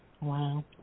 Wow